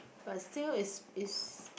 but still is is